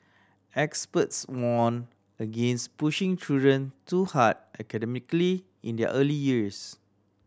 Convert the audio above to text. experts warn against pushing children too hard academically in their early years